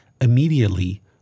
Immediately